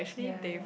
ya